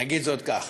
נגיד זאת כך.